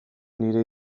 nire